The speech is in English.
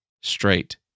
straight